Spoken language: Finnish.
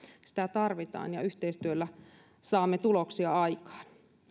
sitä tarvitaan ja yhteistyöllä saamme tuloksia aikaan